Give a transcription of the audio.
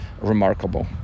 remarkable